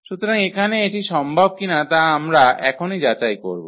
সুতরাং এখানে এটি সম্ভব কিনা তা আমরা এখন যাচাই করব